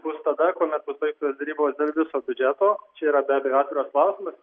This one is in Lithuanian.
bus tada kuomet bus baigtos derybos dėl viso biudžeto čia yra be abejo atviras klausimas